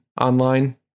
online